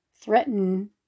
threaten